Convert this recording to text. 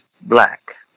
black